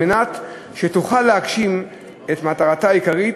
כדי שתוכל להגשים את מטרתה העיקרית,